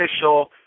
official